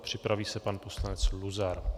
Připraví se pan poslanec Luzar.